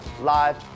Live